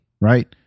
Right